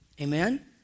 Amen